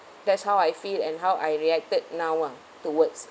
that's how I feel and how I reacted now ah towards